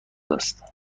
است